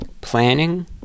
Planning